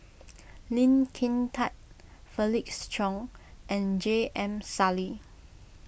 Lee Kin Tat Felix Cheong and J M Sali